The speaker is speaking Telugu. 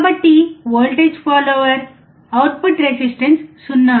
కాబట్టి వోల్టేజ్ ఫాలోవర్ అవుట్పుట్ రెసిస్టెన్స్ 0